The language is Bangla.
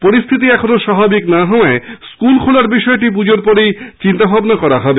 পরিস্থিতি এখনও স্বাভাবিক না হওয়ায় স্কুল খোলার বিষয় পুজোর পরেই বিবেচনা করা হবে